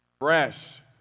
Fresh